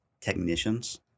technicians